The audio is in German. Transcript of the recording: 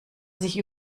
sich